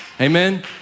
Amen